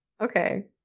Okay